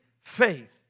faith